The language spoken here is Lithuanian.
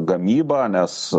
gamybą nes